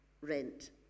rent